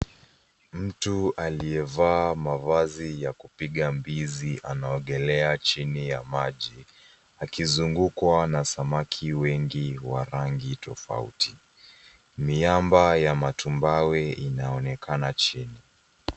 Mtu aliyevaa mavazi ya kupiga mbizi anaogelea chini ya maji akizungukwa na samaki wengi wa rangi tofauti. Miamba ya matumbawe inaonekana chini.